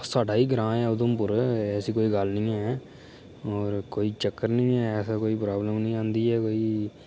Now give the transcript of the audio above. साढ़ा ई ग्रांऽ ऐ उधमपुर ऐसी कोई गल्ल निं ऐ और कोई चक्कर निं ऐ असेंई कोई प्राबलम निं औंदी ऐ ऐसी